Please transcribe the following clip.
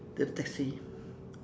the taxi